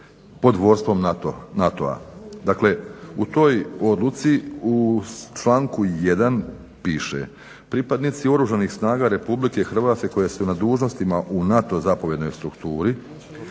pod vodstvom NATO-a. Dakle, u toj odluci u članku 1 piše pripadnici oružanih snaga RH koje su na dužnostima u NATO zapovjednoj strukturi,